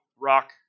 rock